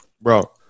bro